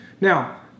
Now